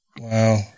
wow